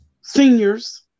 seniors